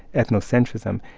ethnocentrism.